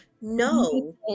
no